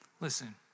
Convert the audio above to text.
Listen